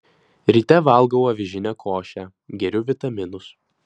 ryte valgau avižinę košę geriu vitaminus